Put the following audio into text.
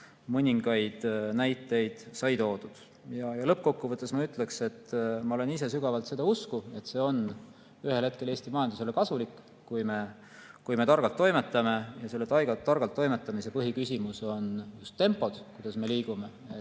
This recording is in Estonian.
Lõppkokkuvõttes ma ütleksin, et ma olen ise sügavalt seda usku, et see on ühel hetkel Eesti majandusele kasulik, kui me targalt toimetame. Selle targalt toimetamise põhiküsimus on just tempo, kuidas me liigume, et